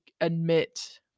admit